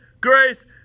grace